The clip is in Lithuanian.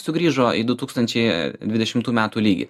sugrįžo į du tūkstančiai dvidešimtų metų lygį